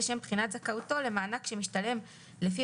לשם בחינת זכאותו למענק שמשתלם לפי